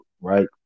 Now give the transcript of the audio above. Right